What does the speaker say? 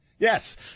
Yes